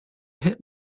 hit